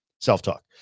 self-talk